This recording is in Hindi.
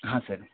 हाँ सर